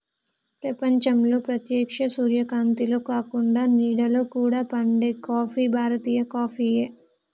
ప్రపంచంలో ప్రేత్యక్ష సూర్యకాంతిలో కాకుండ నీడలో కూడా పండే కాఫీ భారతీయ కాఫీయే